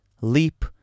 Leap